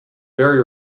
very